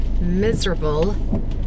miserable